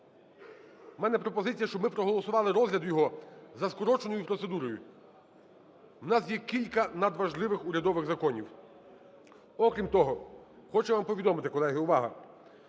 У мене пропозиція, щоб ми проголосували розгляд його за скороченою процедурою. У нас є кілька надважливих урядових законів. Окрім того, хочу вам повідомити (Колеги, увага!),